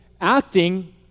acting